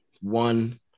one